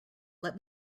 let